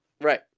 Right